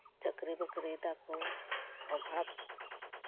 ᱪᱟᱹᱠᱨᱤ ᱵᱟᱹᱠᱨᱤᱭ ᱮᱫᱟᱠᱚ ᱚᱵᱷᱟᱵᱽ